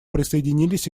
присоединились